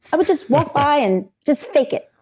i would just walk by and just fake it.